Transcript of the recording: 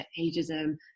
ageism